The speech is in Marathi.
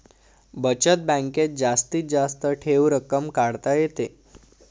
बचत बँकेत जास्तीत जास्त ठेव रक्कम काढता येते